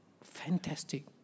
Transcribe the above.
Fantastic